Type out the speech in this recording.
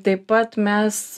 taip pat mes